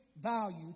value